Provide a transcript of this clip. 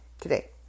today